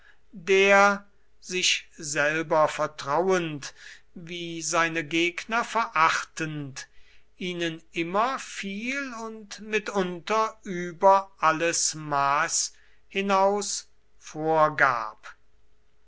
der sich selber vertrauend wie seine gegner verachtend ihnen immer viel und mitunter über alles maß hinaus vorgab